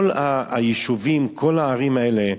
כל היישובים, כל הערים האלה,